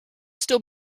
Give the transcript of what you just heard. still